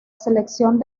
selección